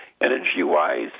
energy-wise